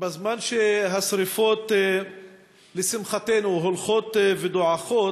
בזמן שהשרפות, לשמחתנו, הולכות ודועכות,